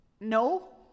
No